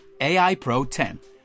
AIPRO10